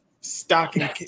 stocking